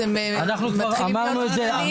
אתם מתחילים --- אמרנו את זה אין-סוף פעמים.